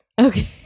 okay